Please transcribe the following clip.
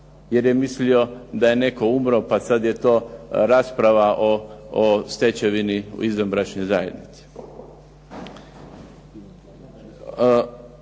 jer je mislio da je netko umro, pa je sada to rasprava o stečevini u izvanbračnoj zajednici.